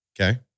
Okay